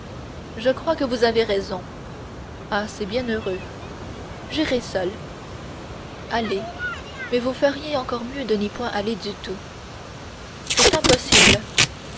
je crois que vous avez raison ah c'est bien heureux j'irai seul allez mais vous feriez encore mieux de n'y point aller du tout c'est impossible